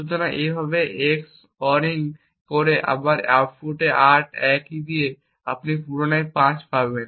সুতরাং একইভাবে EX ORING করে আবার আউটপুট 8 একই কী দিয়ে আপনি 5 পুনরায় পাবেন